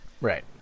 Right